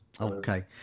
Okay